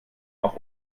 auch